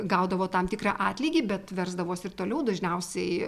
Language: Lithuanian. gaudavo tam tikrą atlygį bet versdavosi ir toliau dažniausiai